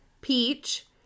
peach